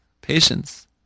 patience